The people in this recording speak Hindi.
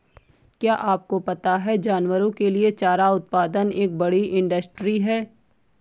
क्या आपको पता है जानवरों के लिए चारा उत्पादन एक बड़ी इंडस्ट्री है?